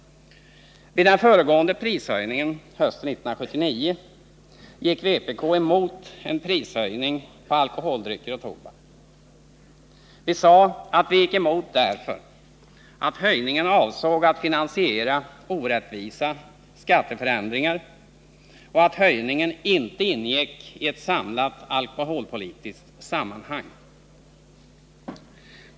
Vid den föregående prishöjningen, hösten 1979, gick vpk emot en höjning av priserna på alkoholdrycker och tobak. Vi sade att vi gick emot därför att höjningen avsåg att finansiera orättvisa skatteförändringar och att höjningen inte ingick i ett samlat alkoholpolitiskt sammanhang.